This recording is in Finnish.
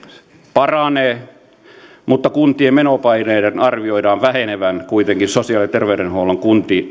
paranee mutta kuntien menopaineiden arvioidaan vähenevän kuitenkin sosiaali ja terveydenhuollon